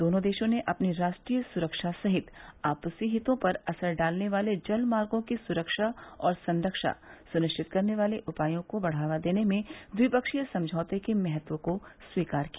दोनों देशों ने अपनी राष्ट्रीय सुरक्षा सहित आपसी हितों पर असर डालने वाले जलमार्गो की सुरक्षा और संरक्षा सुनिश्चित करने वाले उपायों को बढ़ावा देने में ट्विपक्षीय समझौतों के महत्व को स्वीकार किया